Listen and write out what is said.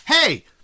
hey